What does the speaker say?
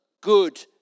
good